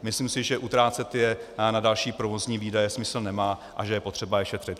Myslím si, že utrácet je na další provozní výdaje, smysl nemá a že je potřeba je šetřit.